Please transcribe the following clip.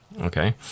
okay